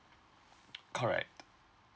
correct